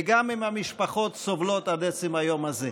וגם אם המשפחות סובלות עד עצם היום הזה.